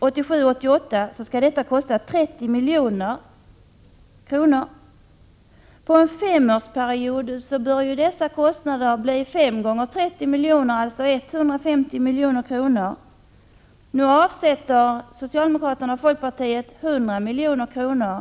1987/88 kosta 30 milj.kr. För en femårsperiod bör kostnaden bli 5 x 30 miljoner, alltså 150 milj.kr. Nu avsätter socialdemokraterna och folkpartiet 100 milj.kr.